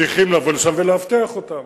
צריכים לבוא לשם ולאבטח אותם.